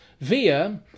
via